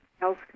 health